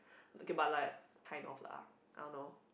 okay but like kind of lah I don't know